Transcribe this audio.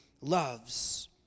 loves